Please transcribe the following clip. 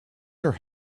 her